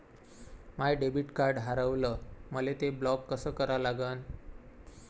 माय debit card हारवलं, मले ते ब्लॉक कस करा लागन?